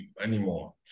anymore